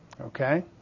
Okay